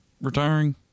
retiring